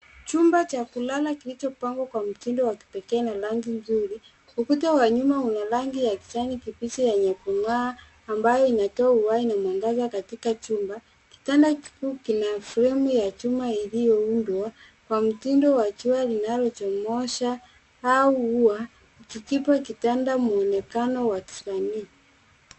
Chumba cha kulala kilichopangwa kwa mtindo wa kipekee na rangi nzuri. Ukuta wa nyuma una rangi ya kijani kibichi yenye kung'aa ambayo inatoa uhai na mwangaza katika chumba. Kitanda hiki kina fremu ya chuma iliyoundwa kwa mtindo wa jua linalochomosha au ua .Kipo kitanda mwonekano wa kisanii.